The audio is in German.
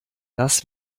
das